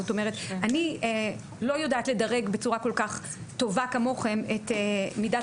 אני לא יודעת לדרג בצורה כל-כך טובה כמוכם את מידת